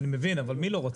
אני מבין, אבל מי לא רוצה?